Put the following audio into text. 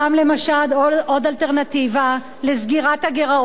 למשל עוד אלטרנטיבה לסגירת הגירעון: